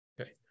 okay